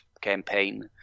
campaign